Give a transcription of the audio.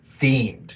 themed